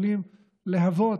יכולים להיות,